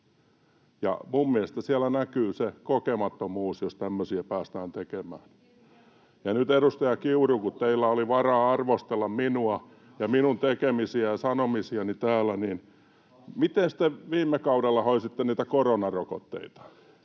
Minun mielestäni siellä näkyy se kokemattomuus, jos tämmöisiä päästään tekemään. [Helena Marttilan välihuuto] Nyt, edustaja Kiuru, kun teillä oli varaa arvostella minua ja minun tekemisiäni ja sanomisiani täällä, niin miten te viime kaudella hoiditte niitä koronarokotteita,